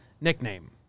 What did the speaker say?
nickname